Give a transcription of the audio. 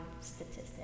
statistic